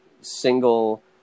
single